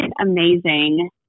amazing